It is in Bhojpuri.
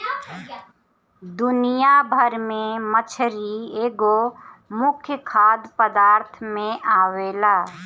दुनिया भर में मछरी एगो मुख्य खाद्य पदार्थ में आवेला